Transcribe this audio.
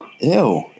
Ew